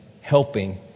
helping